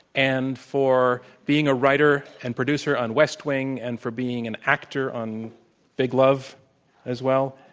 and for being a writer and producer on west wing and for being an actor on big love as well.